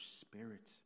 Spirit